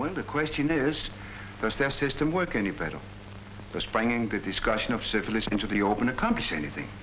when the question is does their system work any better thus bringing the discussion of syphilis into the open accomplish anything